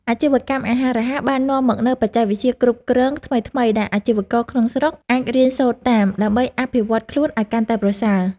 អាជីវកម្មអាហាររហ័សបាននាំមកនូវបច្ចេកវិទ្យាគ្រប់គ្រងថ្មីៗដែលអាជីវករក្នុងស្រុកអាចរៀនសូត្រតាម ដើម្បីអភិវឌ្ឍខ្លួនឲ្យកាន់តែប្រសើរ។